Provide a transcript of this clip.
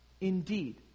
Indeed